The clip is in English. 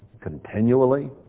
continually